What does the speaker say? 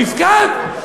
מִפקד?